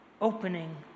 opening